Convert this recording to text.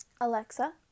Alexa